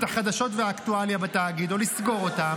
החדשות והאקטואליה בתאגיד או לסגור אותם.